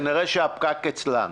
כנראה הפקק אצלן.